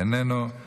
איננו,